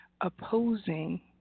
opposing